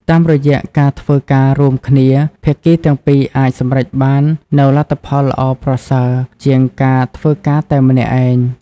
តាមរយៈការធ្វើការរួមគ្នា ភាគីទាំងពីរអាចសម្រេចបាននូវលទ្ធផលល្អប្រសើរជាងការធ្វើការតែម្នាក់ឯង។